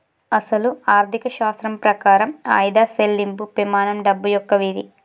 అసలు ఆర్థిక శాస్త్రం ప్రకారం ఆయిదా సెళ్ళింపు పెమానం డబ్బు యొక్క విధి